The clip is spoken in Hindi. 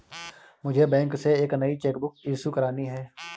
मुझे बैंक से एक नई चेक बुक इशू करानी है